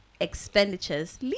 expenditures